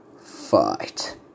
Fight